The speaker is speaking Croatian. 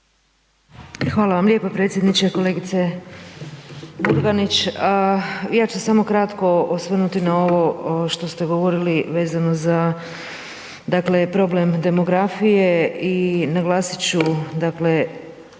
Hvala vam lijepo predsjedniče, kolegice Murganić. Ja ću se samo kratko osvrnuti na ovo što ste govorili vezano za dakle problem demografije i naglasit ću